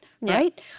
right